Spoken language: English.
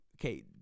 okay